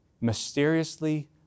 mysteriously